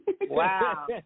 Wow